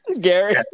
Gary